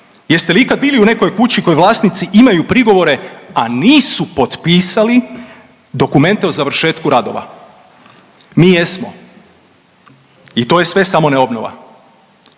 Jeste li ikad bili u nekoj kući u kojoj vlasnici imaju prigovore, a nisu potpisali dokumente o završetku radova? Mi jesmo i to je sve samo ne obnova.